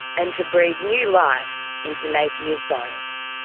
and to breathe new life into napier's bones.